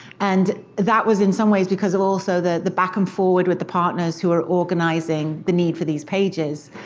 and that was, in some ways, because of, also, the the back and forward with the partners who are organizing the need for these pages.